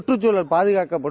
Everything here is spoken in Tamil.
கற்றுக்குழல் பாதுகாக்கப்படும்